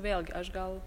vėlgi aš gal